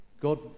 God